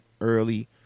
early